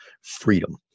freedom